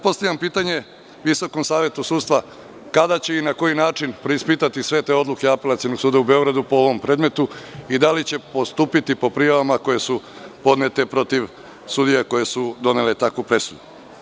Postavljam pitanje Visokom savetu sudstva – kada će i na koji način preispitati sve te odluke Apelacionog suda u Beogradu po ovom predmetu i da li će postupiti po prijavama koje su podnete protiv sudija koje su donele takvu presudu?